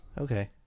Okay